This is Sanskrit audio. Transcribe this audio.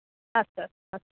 अस्तु अस्तु अस्तु